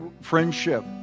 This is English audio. friendship